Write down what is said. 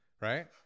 Right